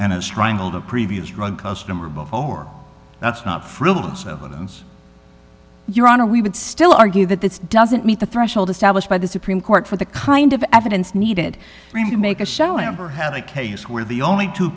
and as triangle the previous drug customer before that's not frivolous evidence your honor we would still argue that this doesn't meet the threshold established by the supreme court for the kind of evidence needed to make a show amber had a case where the only two